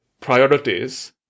priorities